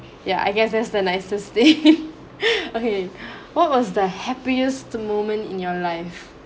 yeah I guess that's the nicest thing okay what was the happiest moment in your life